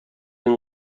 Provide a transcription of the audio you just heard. این